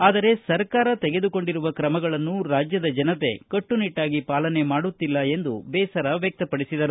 ಆದರೆ ಸರ್ಕಾರ ತೆಗೆದುಕೊಂಡಿರುವ ಕ್ರಮಗಳನ್ನು ರಾಜ್ಜದ ಜನತೆ ಕಟ್ಟುನಿಟ್ಟಾಗಿ ಪಾಲನೆ ಮಾಡುತ್ತಿಲ್ಲ ಎಂದು ಬೇಸರ ವ್ಯಕ್ತಪಡಿಸಿದರು